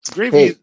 Gravy